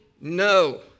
no